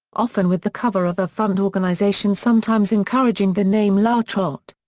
often with the cover of a front organisation sometimes encouraging the name la trot.